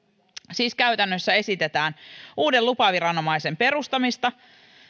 siis käytännössä esitetään uuden lupaviranomaisen perustamista